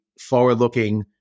forward-looking